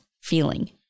feeling